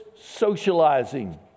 socializing